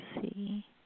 see